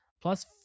plus